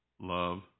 Love